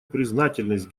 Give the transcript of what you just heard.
признательность